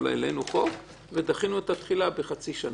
אבל העלינו חוק ודחינו את התחילה בחצי שנה.